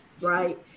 Right